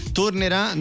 tornerà